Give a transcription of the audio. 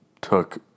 took